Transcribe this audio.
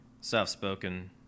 soft-spoken